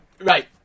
Right